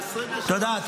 תודה.